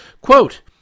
Quote